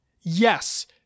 Yes